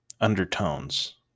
undertones